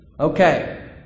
Okay